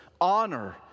honor